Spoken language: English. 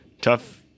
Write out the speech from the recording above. tough